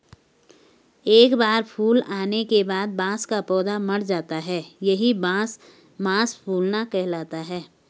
एक बार फूल आने के बाद बांस का पौधा मर जाता है यही बांस मांस फूलना कहलाता है